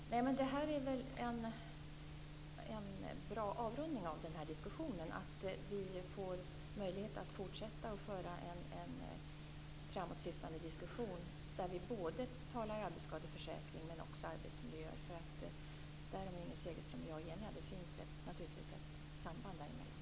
Fru talman! Det här är väl en bra avrundning av den här diskussionen. Vi får möjlighet att fortsätta föra en framåtsyftande diskussion där vi talar om både arbetsskadeförsäkring och arbetsmiljöer. Där är Inger Segelström och jag eniga. Det finns naturligtvis ett samband däremellan.